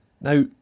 Now